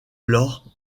lors